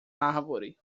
árvore